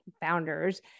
founders